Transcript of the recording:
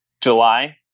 July